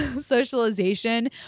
socialization